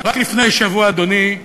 רק לפני שבוע, אדוני,